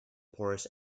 porous